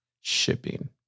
shipping